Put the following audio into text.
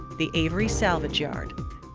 the avery salvage yard.